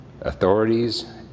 authorities